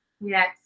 yes